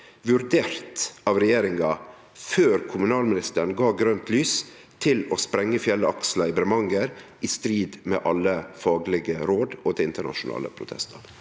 vurdert av regjeringa før kommunalministeren gav grønt lys til å sprengje fjellet Aksla i Bremanger, i strid med alle faglege råd og til internasjonale protestar?